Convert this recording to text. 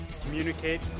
Communicate